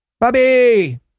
Bobby